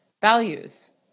values